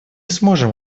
сможем